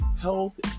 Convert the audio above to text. Health